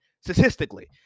statistically